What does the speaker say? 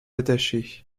attaché